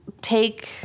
take